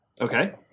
Okay